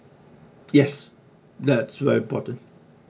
yes that's very important